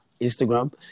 Instagram